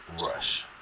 rush